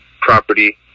property